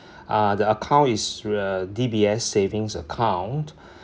uh the account is a D_B_S savings account